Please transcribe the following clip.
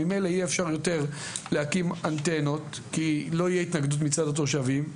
ממילא אי אפשר יותר להקים אנטנות כי לא יהיה התנגדות מצד התושבים.